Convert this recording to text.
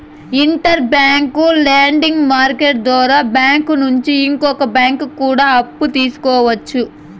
inter bank lending market ద్వారా bank నుంచి ఇంకో బ్యాంకు కూడా అప్పు తీసుకోవచ్చు